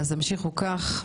המשיכו כך.